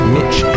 Mitch